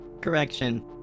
Correction